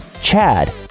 Chad